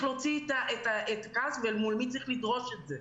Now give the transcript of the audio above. להוציא את הכעס ואל מול מי צריך לדרוש את זה?